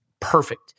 perfect